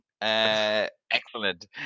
Excellent